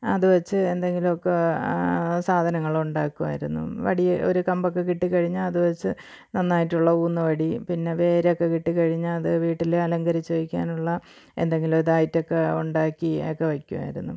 അത് വെച്ച് എന്തെങ്കിലും ഒക്കെ സാധനങ്ങളുണ്ടാക്കുവായിരുന്നു വടി ഒരു കമ്പക്കെ കിട്ടിക്കഴിഞ്ഞാൽ അത് വെച്ച് നന്നായിട്ടുള്ള ഊന്ന് വടി പിന്നെ വേരക്ക കിട്ടി കഴിഞ്ഞാൽ അത് വീട്ടിൽ അലങ്കരിച്ച് വെക്കാനുള്ള എന്തെങ്കിലും ഇതായിട്ടൊക്കെ ഉണ്ടാക്കി ഒക്കെ വെക്കുവായിരുന്നു